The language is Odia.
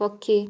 ପକ୍ଷୀ